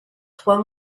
trois